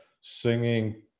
singing